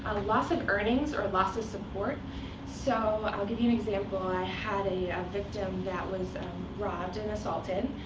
loss of earnings or loss of support so i'll give you an example. i had a victim that was robbed and assaulted,